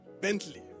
Bentley